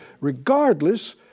regardless